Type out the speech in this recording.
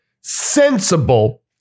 sensible